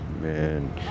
Man